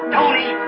Tony